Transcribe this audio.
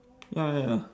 ya ya ya